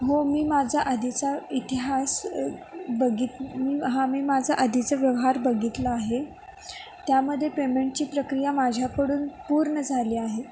हो मी माझा आधीचा इतिहास बघित मी हा मी माझं आधीचं व्यवहार बघितलं आहे त्यामध्ये पेमेंटची प्रक्रिया माझ्याकडून पूर्ण झाली आहे